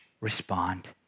respond